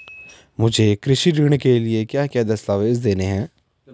मुझे कृषि ऋण के लिए क्या क्या दस्तावेज़ देने हैं?